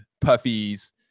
Puffy's